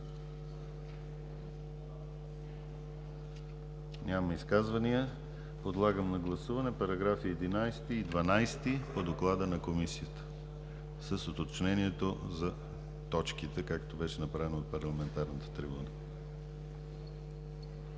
Няма. Подлагам на гласуване параграфи 11 и 12 по доклада на Комисията с уточнението за точките, както беше направено от парламентарната трибуна.